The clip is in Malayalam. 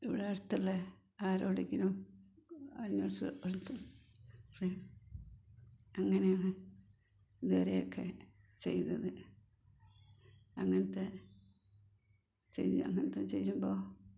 ഇവിടെ അടുത്തുള്ള ആരോടെങ്കിലും അന്വേഷിച്ച് എടുത്ത് വരും അങ്ങനെയാണ് ഇതുവരെ ഒക്കെ ചെയ്തത് അങ്ങനെത്തെ അങ്ങനെത്തെ ചെയ്യുമ്പോൾ